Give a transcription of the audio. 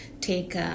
take